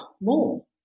more